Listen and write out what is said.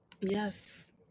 Yes